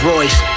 Royce